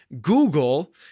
google